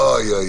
אוי,